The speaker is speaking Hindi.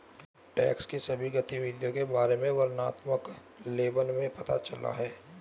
टैक्स की सभी गतिविधियों के बारे में वर्णनात्मक लेबल में पता चला है